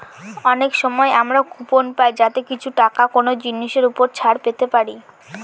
অনেক সময় আমরা কুপন পাই যাতে কিছু টাকা কোনো জিনিসের ওপর ছাড় পেতে পারি